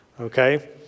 okay